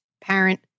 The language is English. parent